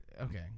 okay